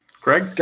Greg